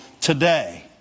today